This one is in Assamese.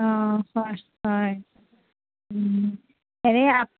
অঁ হয় হয় এনেই